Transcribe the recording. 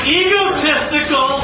egotistical